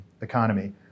economy